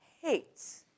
hates